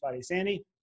Sandy